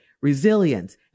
resilience